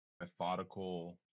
methodical